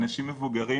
אנשים מבוגרים,